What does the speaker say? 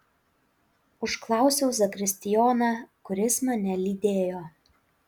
užklausiau zakristijoną kuris mane lydėjo